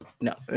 No